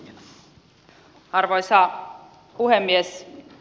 arvoisa puhemies